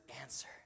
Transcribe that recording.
answer